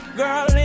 girl